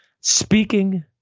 Speaking